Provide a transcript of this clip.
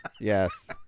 yes